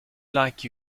like